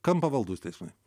kam pavaldūs teismai